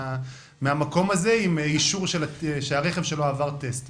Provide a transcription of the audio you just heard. מהמקום הזה עם אישור שהרכב שלו עבר טסט.